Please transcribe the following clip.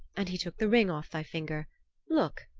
and he took the ring off thy finger look,